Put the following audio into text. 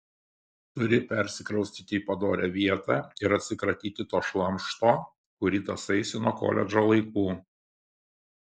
turi persikraustyti į padorią vietą ir atsikratyti to šlamšto kurį tąsaisi nuo koledžo laikų